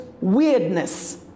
weirdness